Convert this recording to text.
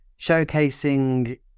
showcasing